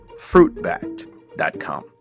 Fruitbat.com